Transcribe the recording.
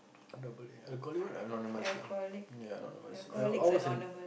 double A a call it what Anonymous ah ya Anonymous I I was in